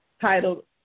titled